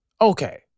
Okay